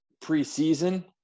preseason